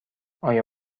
آیا